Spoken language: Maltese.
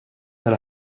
tal